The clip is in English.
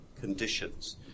conditions